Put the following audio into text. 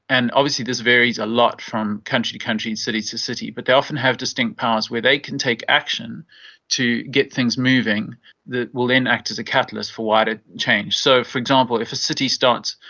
and obviously this varies a lot from country to country, city to city, but they often have distinct powers where they can take action to get things moving that will then act as a catalyst for wider change. so, for example, if a city starts,